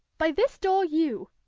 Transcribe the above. by this door, you.